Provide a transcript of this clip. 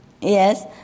Yes